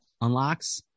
Unlocks